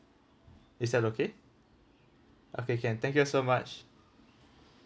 it's that okay okay can thank you so much